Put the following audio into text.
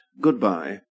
Goodbye